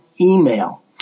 email